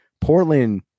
Portland